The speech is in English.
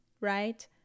right